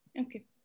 Okay